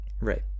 Right